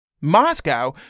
Moscow